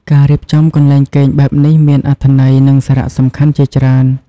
ការរៀបចំកន្លែងគេងបែបនេះមានអត្ថន័យ និងសារៈសំខាន់ជាច្រើន។